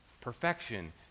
perfection